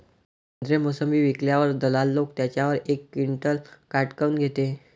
संत्रे, मोसंबी विकल्यावर दलाल लोकं त्याच्यावर एक क्विंटल काट काऊन घेते?